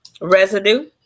residue